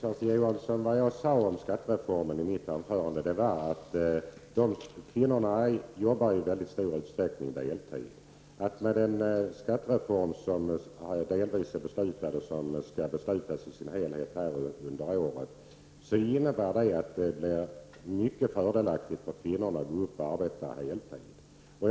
Fru talman! Vad jag sade om skattereformen i mitt anförande var följande, Kersti Johansson. Kvinnorna jobbar i mycket stor utsträckning deltid. Den skattereform som delvis har beslutats och som skall beslutas i sin helhet under året innebär att det blir mycket fördelaktigt för kvinnorna att gå upp till heltid.